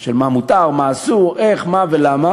של מה מותר, מה אסור, איך, מה ולמה,